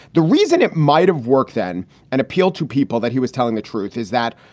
the reason it might have worked then and appeal to people that he was telling the truth is that,